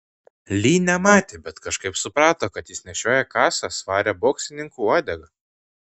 li nematė bet kažkaip suprato kad jis nešioja kasą svarią boksininkų uodegą